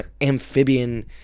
amphibian